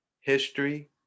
history